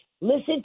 Listen